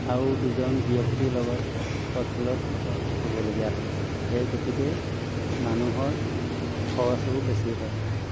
আৰু দুজন ব্যক্তিৰ লগত হস্পিটেলত থকা থাকিবলগীয়া হয় সেই গতিকে মানুহৰ খৰচো বেছি হয়